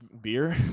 beer